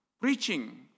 Preaching